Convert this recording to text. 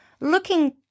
looking